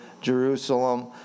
Jerusalem